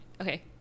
Okay